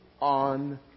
on